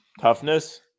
Toughness